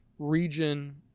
region